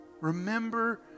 Remember